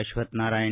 Ashwathnarayan